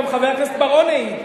גם חבר הכנסת בר-און העיד,